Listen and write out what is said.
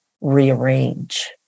rearrange